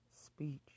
Speech